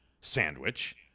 sandwich